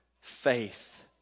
faith